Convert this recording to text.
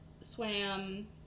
swam